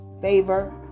favor